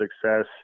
success